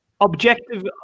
objective